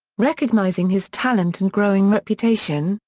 recognising his talent and growing reputation,